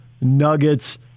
Nuggets